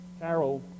Carol